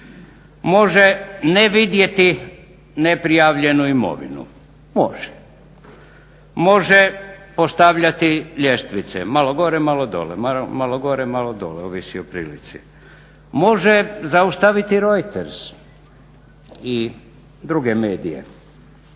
Može nevidjeti neprijavljenu imovinu, može. Može postavljati ljestvice, malo gore, malo dolje, ovisi o prilici. Može zaustaviti Reuters i druge medije.